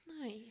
Nice